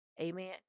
Amen